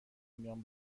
میان